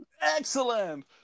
Excellent